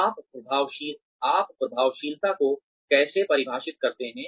आप प्रभावशीलता को कैसे परिभाषित करते हैं